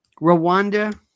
Rwanda